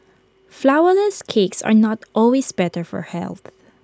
Flourless Cakes are not always better for health